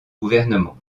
gouvernement